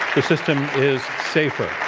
the system is safer.